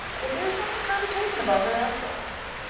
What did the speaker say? but there is something kind of taking about her after all.